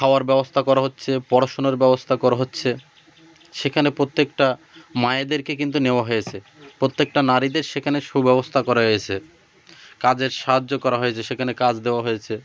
খাওয়ার ব্যবস্থা করা হচ্ছে পড়াশুনোর ব্যবস্থা করা হচ্ছে সেখানে প্রত্যেকটা মায়েদেরকে কিন্তু নেওয়া হয়েছে প্রত্যেকটা নারীদের সেখানে সুব্যবস্থা করা হয়েছে কাজের সাহায্য করা হয়েছে সেখানে কাজ দেওয়া হয়েছে